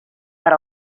per